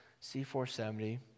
C-470